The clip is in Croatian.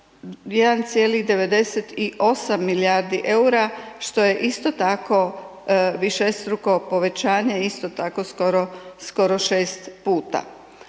1,98 milijardi EUR-a što je isto tako višestruko povećanje isto tako skoro 6 puta.